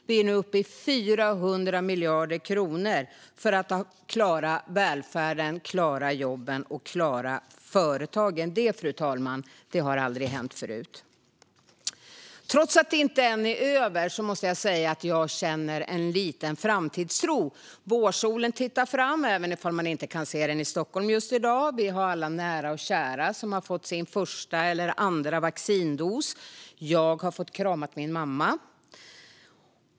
Vi är nu uppe i 400 miljarder kronor som går till att klara välfärden, klara jobben och klara företagen. Det, fru talman, har aldrig hänt förut. Trots att det inte är över än måste jag säga att jag känner en liten framtidstro. Vårsolen tittar fram, även om man inte kan se den i Stockholm just i dag, och vi har alla nära och kära som har fått sin första eller andra vaccindos. Jag har fått krama min mamma.